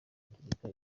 gaturika